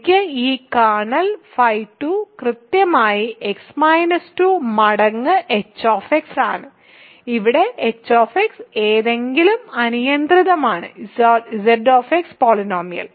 എനിക്ക് ഈ കേർണൽ φ2 കൃത്യമായി x 2 മടങ്ങ് h ആണ് ഇവിടെ h ഏതെങ്കിലും അനിയന്ത്രിതമാണ് Zx പോളിനോമിയൽ